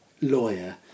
lawyer